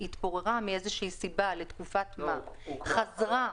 שהתפוררה לתקופת מה וחזרה,